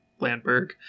landberg